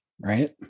Right